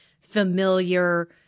familiar